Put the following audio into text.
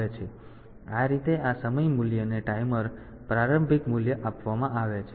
તેથી આ રીતે આ સમય મૂલ્યને ટાઈમર પ્રારંભિક મૂલ્ય આપવામાં આવે છે